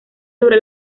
sobre